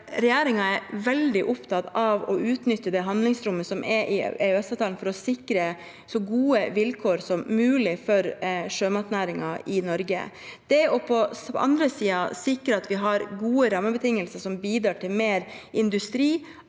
regjeringen er veldig opptatt av å utnytte det handlingsrommet som er i EØS-avtalen for å sikre så gode vilkår som mulig for sjømatnæringen i Norge. At vi på den andre siden sikrer at vi har gode rammebetingelser som bidrar til mer industri